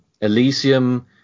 Elysium